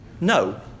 No